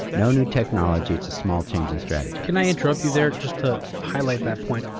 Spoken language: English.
no new technology. it's a small change in strategy. can i interrupt you there just to highlight that point?